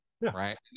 right